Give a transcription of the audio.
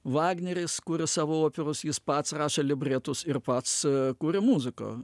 vagneris kuria savo operos jis pats rašo libretus ir pats kuria muziką